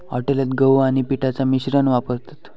हॉटेलात गहू आणि पिठाचा मिश्रण वापरतत